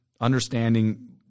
understanding